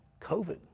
COVID